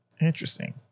interesting